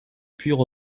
pure